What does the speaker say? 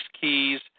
keys